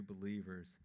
believers